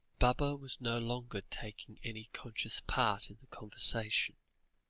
baba was no longer taking any conscious part in the conversation